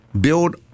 build